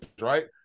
right